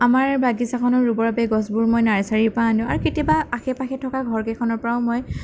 আমাৰ বাগিচাখনত ৰুবৰ বাবে গছবোৰ মই নাৰ্চাৰীৰ পৰা আনোঁ আৰু কেতিয়াবা আশে পাশে থকা ঘৰকেইখনৰ পৰাও মই